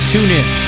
TuneIn